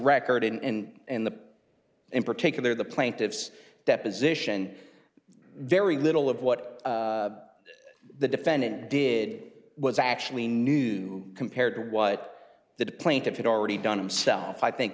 record in the in particular the plaintiff's deposition very little of what the defendant did was actually new compared to what the plaintiffs had already done himself i think